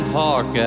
park